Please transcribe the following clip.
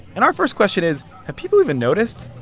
and our first question is, have people even noticed?